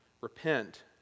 Repent